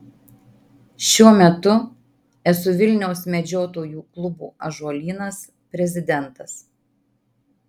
šiuo metu esu vilniaus medžiotojų klubo ąžuolynas prezidentas